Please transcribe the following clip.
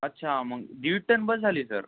अच्छा मग दीड टन बास झाली आहे सर